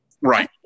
right